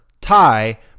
tie